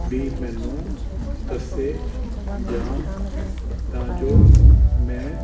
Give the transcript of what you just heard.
ਵੀ ਮੈਨੂੰ ਦੱਸੇ ਜਾਣ ਤਾਂ ਜੋ ਮੈਂ